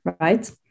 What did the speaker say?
Right